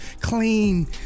clean